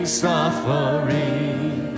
suffering